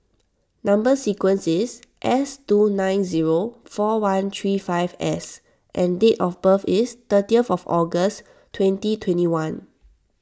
Number Sequence is S two nine zero four one three five S and date of birth is thirty of August twenteen twenty one